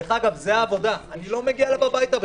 דרך אגב, זו העבודה, אני לא מגיע אליו הביתה בכלל.